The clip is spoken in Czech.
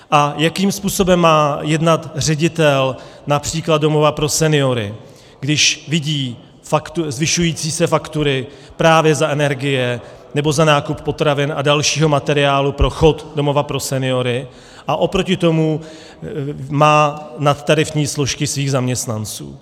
A jakým způsobem má jednat ředitel například domova pro seniory, když vidí zvyšující se faktury právě za energie nebo za nákup potravin a dalšího materiálu pro chod domova pro seniory, a oproti tomu má nadtarifní složky svých zaměstnanců?